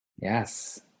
Yes